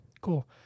cool